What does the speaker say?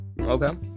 okay